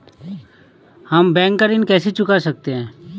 हम बैंक का ऋण कैसे चुका सकते हैं?